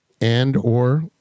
Andor